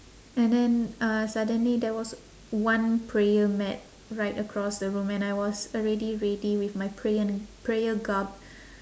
and then uh suddenly there was one prayer mat right across the room and I was already ready with my prayer prayer garb